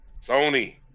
Sony